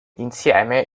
insieme